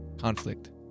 conflict